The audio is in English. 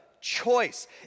choice